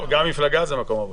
גם מפלגה זה מקום עבודה.